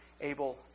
able